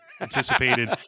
anticipated